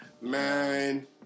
Man